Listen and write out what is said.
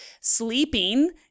sleeping